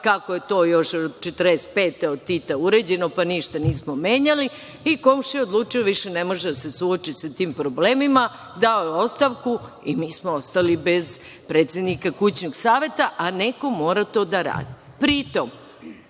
kako je to još 1945. godine od Tita uređeno, pa ništa nismo menjali i komšija odlučio više ne može da se suoči sa tim problemima. Dao je ostavku i mi smo ostali bez predsednika kućnog saveta, a neko mora to da